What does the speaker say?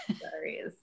sorry